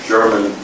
German